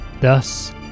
Thus